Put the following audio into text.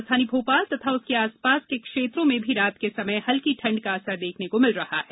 राजधानी भोपाल तथा उसके आसपास के क्षेत्रों में भी रात के समय हल्की ठंड का असर देखने का मिल रहा है